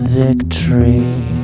victory